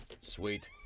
Sweet